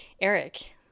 Eric